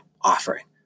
offering